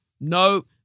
no